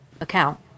account